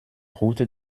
route